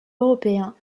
européen